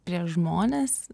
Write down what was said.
prieš žmones